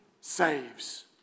saves